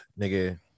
nigga